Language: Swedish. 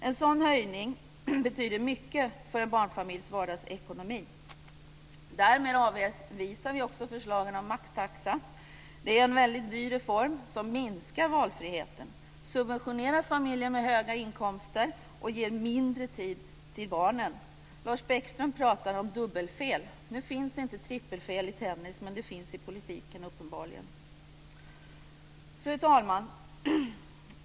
En sådan höjning betyder mycket för en barnfamiljs vardagsekonomi. Därmed avvisar vi också förslagen om maxtaxa. Det är en mycket dyr reform som minskar valfriheten, den subventionerar familjer med höga inkomster och ger mindre tid till barnen. Lars Bäckström talar om dubbelfel. Nu finns det inte trippelfel i tennis, men det finns uppenbarligen i politiken. Fru talman!